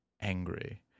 angry